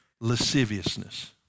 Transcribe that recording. lasciviousness